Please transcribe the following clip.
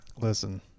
Listen